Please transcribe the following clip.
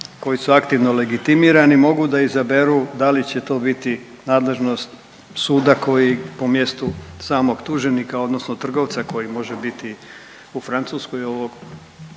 koji su aktivno legitimirani mogu da izaberu da li će to biti nadležnost suda koji po mjestu samog tuženika, odnosno trgovca koji može biti u Francuskoj ovog